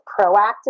proactive